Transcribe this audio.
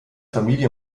familie